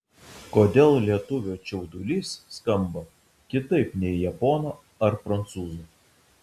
kodėl lietuvio čiaudulys skamba kitaip nei japono ar prancūzo